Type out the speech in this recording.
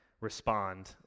respond